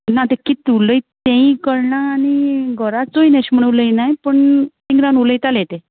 ना ते कित उलोयत तेंय कळना आनी गोरा चोयन एश म्हुणू उलोयनाय पूण थिंग रान उलोयताले ते